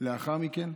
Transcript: לאחר מכן.